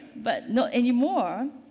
but, not anymore.